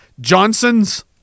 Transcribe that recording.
Johnson's